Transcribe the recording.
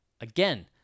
again